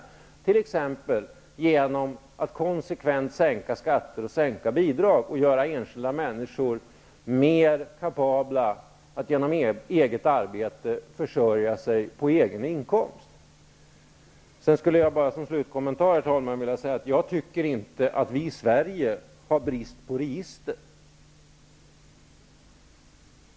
Det kan vi göra t.ex. genom att konsekvent sänka skatter och minska bidrag och göra enskilda människor mer kapabla att genom eget arbete försörja sig på en egen inkomst. Sedan skulle jag bara som en slutkommentar vilja säga att jag tycker inte att vi i Sverige har brist på register.